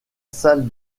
salle